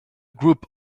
group